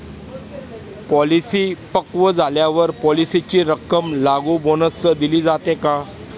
Policy पक्व झाल्यावर पॉलिसीची रक्कम लागू बोनससह दिली जाते का?